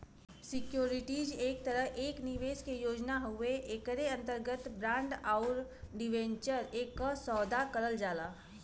securities एक तरह एक निवेश के योजना हउवे एकरे अंतर्गत बांड आउर डिबेंचर क सौदा करल जाला